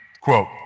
Quote